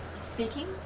speaking